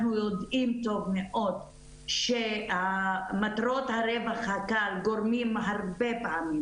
אנחנו יודעים טוב מאוד שמטרות הרווח הקל גורמות פעמים